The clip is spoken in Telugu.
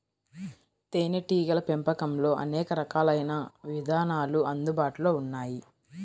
తేనీటీగల పెంపకంలో అనేక రకాలైన విధానాలు అందుబాటులో ఉన్నాయి